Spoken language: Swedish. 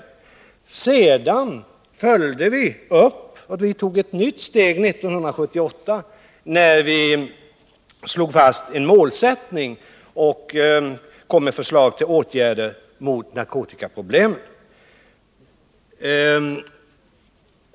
Vi tog sedan ett nytt, uppföljande steg 1978 när vi fastställde ett program på narkotikaområdet och lade fram förslag till åtgärder mot narkotikaproblemet.